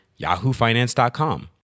yahoofinance.com